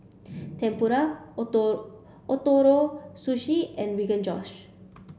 Tempura Ootoro Sushi and Rogan Josh